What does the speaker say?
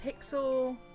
pixel